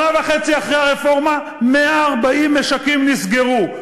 שנה וחצי אחרי הרפורמה 140 משקים נסגרו.